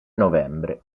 novembre